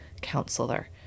Counselor